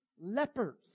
lepers